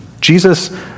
Jesus